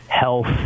health